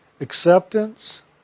acceptance